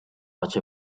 much